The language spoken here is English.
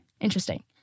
interesting